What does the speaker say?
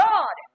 God